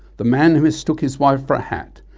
the man who mistook his wife for a hat,